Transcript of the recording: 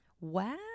Wow